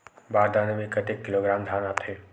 बार दाना में कतेक किलोग्राम धान आता हे?